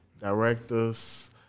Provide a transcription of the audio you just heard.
directors